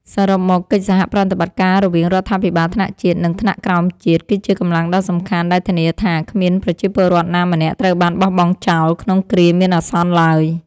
សរុបមក កិច្ចសហប្រតិបត្តិការរវាងរដ្ឋាភិបាលថ្នាក់ជាតិ និងថ្នាក់ក្រោមជាតិ គឺជាកម្លាំងដ៏សំខាន់ដែលធានាថា គ្មានប្រជាពលរដ្ឋណាម្នាក់ត្រូវបានបោះបង់ចោលក្នុងគ្រាមានអាសន្នឡើយ។